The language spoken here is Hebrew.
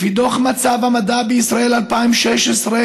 לפי דוח מצב המדע בישראל 2016,